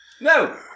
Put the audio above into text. No